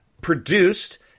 produced